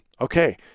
Okay